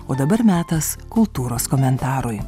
o dabar metas kultūros komentarui